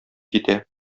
китә